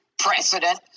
president